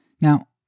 Now